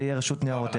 תהיה רשות ניירות ערך.